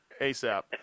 ASAP